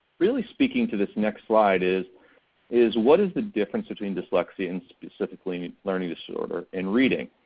really speaking to this next slide is is what is the difference between dyslexia and specific learning and learning disorder in reading?